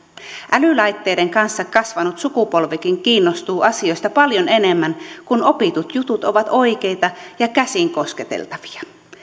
älylaitteiden kanssa kasvanut sukupolvikin kiinnostuu asioista paljon enemmän kun opitut jutut ovat oikeita ja käsin kosketeltavia